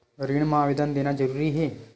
ऋण मा आवेदन देना जरूरी हे?